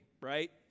right